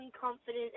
confident